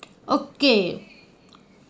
okay